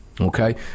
Okay